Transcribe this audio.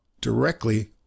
directly